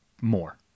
more